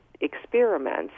experiments